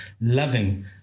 loving